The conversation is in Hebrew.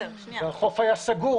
החוף היה סגור.